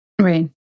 Right